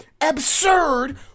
absurd